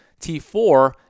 T4